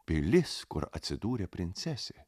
pilis kur atsidūrė princesė